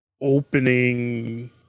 opening